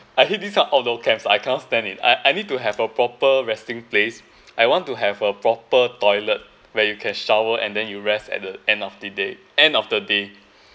I hate these kind of outdoor camps I can not stand it I I need to have a proper resting place I want to have a proper toilet where you can shower and then you rest at the end of the day end of the day